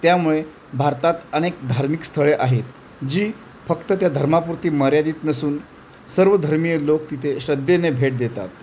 त्यामुळे भारतात अनेक धार्मिक स्थळे आहेत जी फक्त त्या धर्मापूरती मर्यादित नसून सर्व धर्मीय लोक तिथे श्रद्धेने भेट देतात